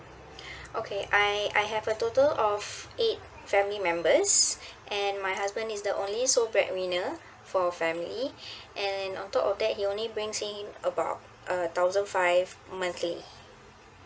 okay I I have a total of eight family members and my husband is the only so breadwinner for family and on top of that he only brings in about uh thousand five monthly